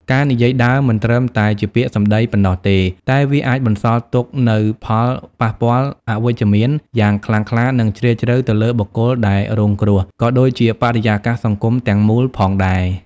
ការនិយាយដើមមិនត្រឹមតែជាពាក្យសម្ដីប៉ុណ្ណោះទេ តែវាអាចបន្សល់ទុកនូវផលប៉ះពាល់អវិជ្ជមានយ៉ាងខ្លាំងខ្លា និងជ្រាលជ្រៅទៅលើបុគ្គលដែលរងគ្រោះ ក៏ដូចជាបរិយាកាសសង្គមទាំងមូលផងដែរ។